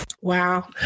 Wow